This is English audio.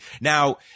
Now